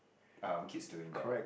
our kids doing that